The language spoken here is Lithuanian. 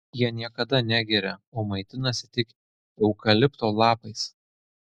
jie niekada negeria o maitinasi tik eukalipto lapais